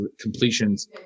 completions